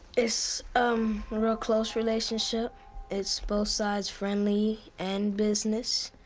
it's um a real close relationship it's both sides friendly and business